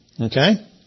Okay